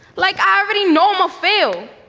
like i already normal fail.